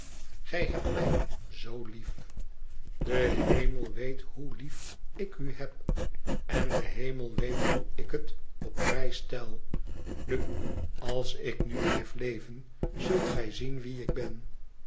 gij hebt mij zoo lief de hemel weet hoe lief ik u heb i en de hemel weet hoe ik het op prijs stel i nu als ik nu blijf leven zult gij zien wie ik ben